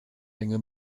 länge